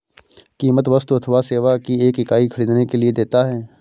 कीमत वस्तु अथवा सेवा की एक इकाई ख़रीदने के लिए देता है